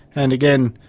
and again,